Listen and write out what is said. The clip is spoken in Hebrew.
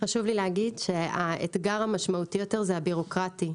חשוב לי להגיד שהאתגר המשמעותי יותר זה הביורוקרטי.